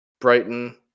Brighton